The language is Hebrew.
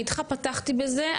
אני איתך פתחתי בזה,